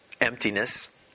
emptiness